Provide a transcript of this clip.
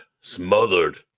Smothered